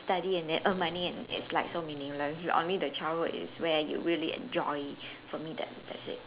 and study and then earn money and it's like so meaningless only the childhood is where you really enjoy for me that that's it